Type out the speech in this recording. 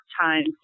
Times